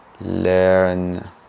learn